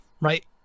Right